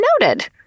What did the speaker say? Noted